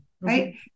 right